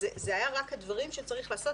זה היה רק הדברים שצריך לעשות,